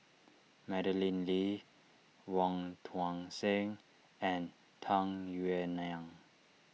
Madeleine Lee Wong Tuang Seng and Tung Yue Nang